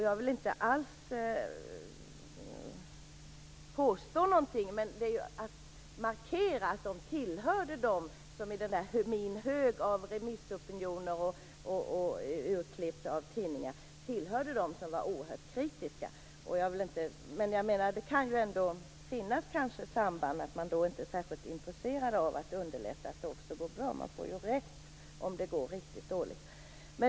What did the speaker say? Jag vill alls inte påstå något, men vill markera att det i min hög av remissopinioner och tidningsurklipp fanns de som var oerhört kritiska. Det kanske finns samband. Kanske är man inte särskilt intresserad av att underlätta att det går bra - man får ju rätt om det går riktigt dåligt.